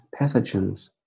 pathogens